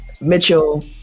Mitchell